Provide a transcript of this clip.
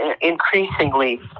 increasingly